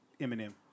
Eminem